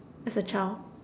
as a child